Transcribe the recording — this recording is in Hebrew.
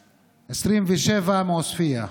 27, מעוספיא,